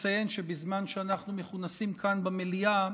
לציין שבזמן שאנחנו מכונסים כאן במליאה,